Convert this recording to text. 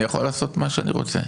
אני יכול לעשות מה שאני רוצה.